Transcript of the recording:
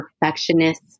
perfectionist